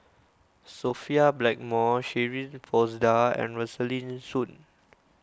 Sophia Blackmore Shirin Fozdar and Rosaline Soon